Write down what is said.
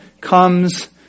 comes